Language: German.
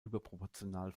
überproportional